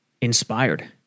inspired